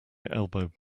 elbowed